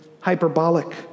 hyperbolic